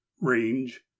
range